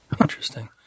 Interesting